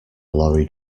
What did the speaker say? lorry